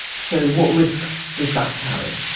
so what risks does that carry?